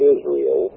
Israel